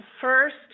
first